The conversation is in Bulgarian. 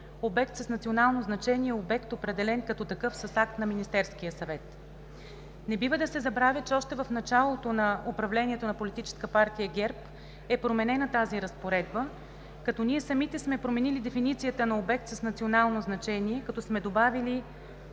„обект с национално значение е обект, определен като такъв с акт на Министерския съвет“. Не бива да се забравя, че още в началото на управлението на Политическа партия ГЕРБ е променена тази разпоредба, като ние самите сме променили дефиницията на „обект с национално значение“, като сме добавили,